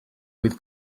with